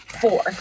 four